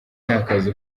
ntakazi